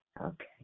okay